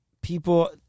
people